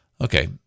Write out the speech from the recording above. Okay